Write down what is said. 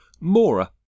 Mora